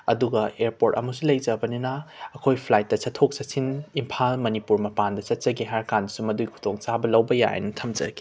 ꯑꯗꯨꯒ ꯑꯦꯌꯔꯄꯣꯔꯠ ꯑꯃꯁꯨ ꯂꯩꯖꯕꯅꯤꯅ ꯑꯩꯈꯣꯏ ꯐ꯭ꯂꯥꯏꯠꯇ ꯆꯠꯊꯣꯛ ꯆꯠꯁꯤꯟ ꯏꯝꯐꯥꯜ ꯃꯅꯤꯄꯨꯔ ꯃꯄꯥꯟꯗ ꯆꯠꯆꯒꯦ ꯍꯥꯏꯔꯀꯥꯟꯗꯁꯨ ꯃꯗꯨꯒꯤ ꯈꯨꯗꯣꯡꯆꯥꯕ ꯂꯧꯕ ꯌꯥꯏꯌꯦꯅ ꯊꯝꯖꯒꯦ